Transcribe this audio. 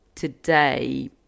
today